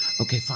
Okay